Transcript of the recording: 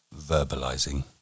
verbalizing